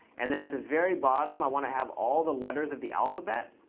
and then at the very bottom, i want to have all the letters of the alphabet,